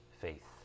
faith